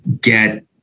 get